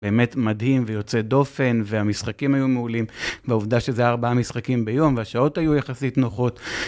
באמת מדהים ויוצא דופן, והמשחקים היו מעולים. והעובדה שזה ארבעה משחקים ביום, והשעות היו יחסית נוחות.